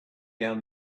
down